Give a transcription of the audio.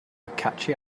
catchy